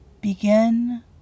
Begin